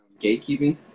Gatekeeping